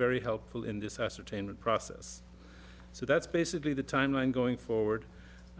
very helpful in this ascertainment process so that's basically the timeline going forward